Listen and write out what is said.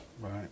Right